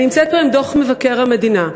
אני נמצאת פה עם דוח מבקר המדינה,